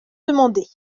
demandée